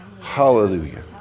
Hallelujah